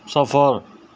صفر